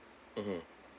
mmhmm